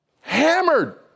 hammered